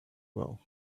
well